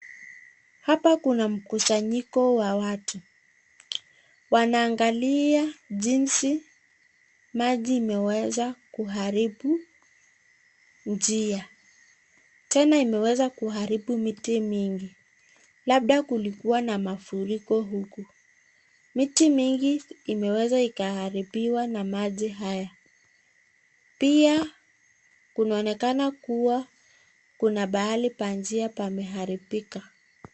Hapa kuna mkusanyiko wa watu. Wanaangalia jinsi maji imeweza kuharibu njia. Tena imeweza kuharibu miti mingi. Labda kulikuwa na mafuriko huku. Miti mingi imeweza ikaharibiwa na maji haya. Pia kunaonekana kuwa kuna pahali pa njia pameharibika.